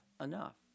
enough